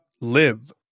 Live